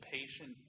patient